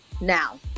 Now